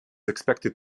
expected